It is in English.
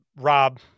Rob